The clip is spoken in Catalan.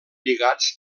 lligats